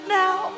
now